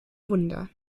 wunder